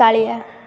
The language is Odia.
କାଳିଆ